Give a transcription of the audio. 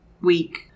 week